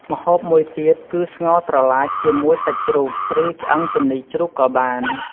ម្ហូបមួយទៀតគឺស្ងោរត្រឡាចជាមួយសាច់ជ្រូក ឬឆ្អឹងជំនីជ្រូកក៏បាន។